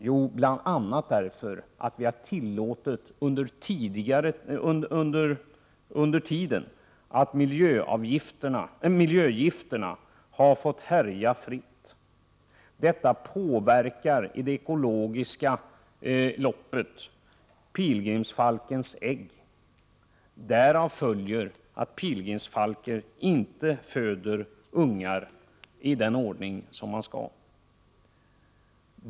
Jo, bl.a. därför att vi har tillåtit att miljögifterna fått härja fritt. Detta påverkar den ekologiska kedjan och pilgrimsfalkens ägg. Därav följer att pilgrimsfalken inte föder ungar i den ordning som skall ske.